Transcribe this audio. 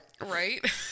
Right